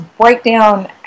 breakdown